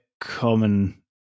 common